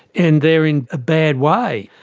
and they are in a bad way.